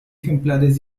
ejemplares